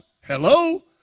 Hello